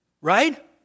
Right